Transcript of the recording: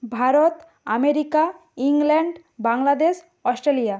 Bharat America England Bangladesh Australia